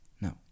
No